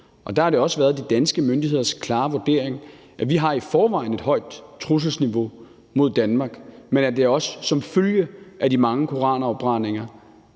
Der har det også været de danske myndigheders klare vurdering, at vi i forvejen har et højt trusselsniveau mod Danmark, men at det også som følge af de mange koranafbrændinger